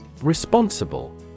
Responsible